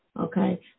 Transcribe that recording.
Okay